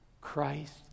Christ